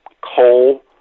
coal